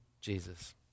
Jesus